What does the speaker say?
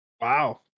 Wow